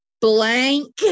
Blank